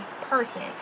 person